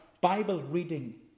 Bible-reading